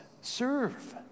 Serve